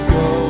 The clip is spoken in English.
go